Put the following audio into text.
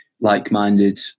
like-minded